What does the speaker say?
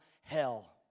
hell